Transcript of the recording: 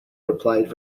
replied